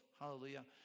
hallelujah